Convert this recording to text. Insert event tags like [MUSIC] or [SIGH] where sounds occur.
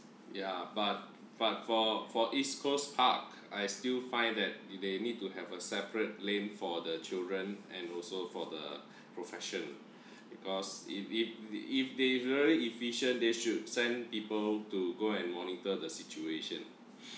ya but but for for east coast park I still find that they need to have a separate lane for the children and also for the profession because if if if they really efficient they should send people to go and monitor the situation [BREATH]